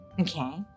Okay